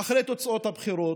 עכשיו אחרי תוצאות הבחירות,